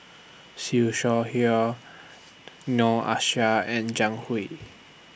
Siew Shaw Her Noor Aishah and Jiang Hu